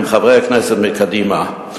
הם חברי הכנסת מקדימה.